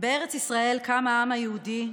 "בארץ ישראל קם העם היהודי,